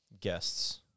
guests